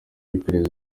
iperereza